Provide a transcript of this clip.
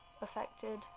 affected